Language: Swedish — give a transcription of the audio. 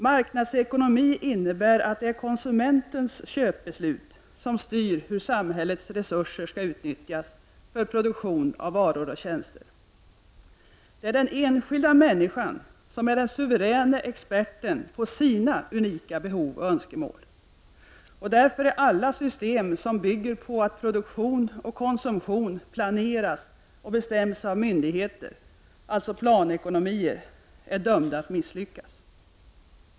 Marknadsekonomi innebär att det är konsumentens köpbeslut som styr hur samhällets resurser skall utnyttjas för produktion av varor och tjänster. Det är den enskilda människan som är den suveräne experten på sina unika behov och önskemål. Därför är alla system som bygger på att produktion och konsumtion planeras och bestäms av myndigheter, alltså planekonomier, dömda att misslyckas.